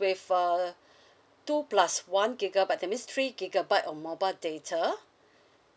with uh two plus one gigabyte that means three gigabyte of mobile data